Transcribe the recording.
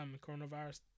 coronavirus